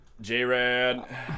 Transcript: J-Rad